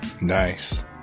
nice